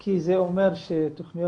כי זה אומר שתכניות